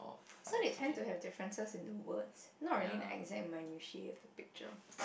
so they try to have differences in the word not really the exact minutiae at the picture